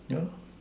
yeah